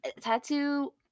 tattoo